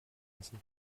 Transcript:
lassen